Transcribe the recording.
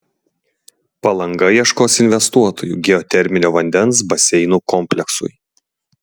palanga ieškos investuotojų geoterminio vandens baseinų kompleksui